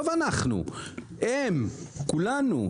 וכולנו,